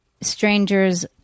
strangers